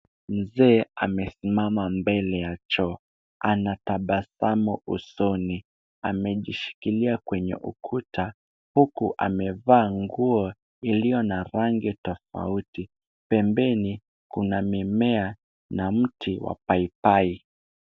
Mzee amesimama mbele ya choo. Anatabasamu usoni. Amejishikilia kwenye ukuta huku amevaa nguo iliyo na rangi tofauti. Pembeni kuna mimea na mti wa paipai.